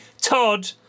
Todd